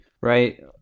right